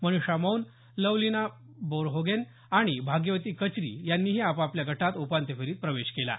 मनिषा मौन लवलीना बोरगोहेन आणि भाग्यवती कचरी यांनीही आपापल्या गटात उपांत्य फेरीत प्रवेश केला आहे